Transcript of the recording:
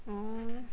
orh